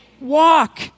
walk